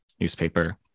newspaper